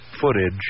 footage